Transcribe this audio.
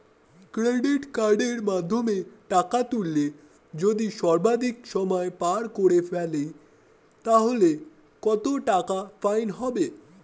Credit কার্ডের মাধ্যমে টাকা তুললে যদি সর্বাধিক সময় পার করে ফেলি তাহলে কত টাকা ফাইন হবে?